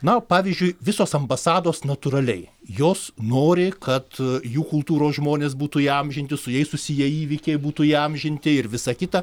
na pavyzdžiui visos ambasados natūraliai jos nori kad jų kultūros žmonės būtų įamžinti su jais susiję įvykiai būtų įamžinti ir visa kita